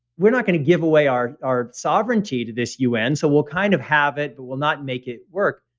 we're not going to give away our our sovereignty to this un. so we'll kind of have it, but we'll not make it work.